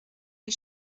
les